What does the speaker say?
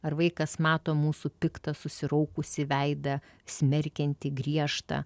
ar vaikas mato mūsų piktą susiraukusį veidą smerkiantį griežtą